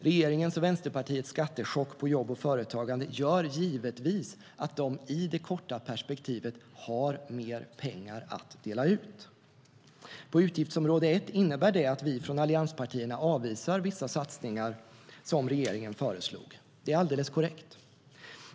Regeringens och Vänsterpartiets skattechock på jobb och företagande gör givetvis att de i det korta perspektivet har mer pengar att dela ut. På utgiftsområde 1 innebär det att vi från allianspartierna avvisar vissa satsningar som regeringen föreslog; det är alldeles korrekt.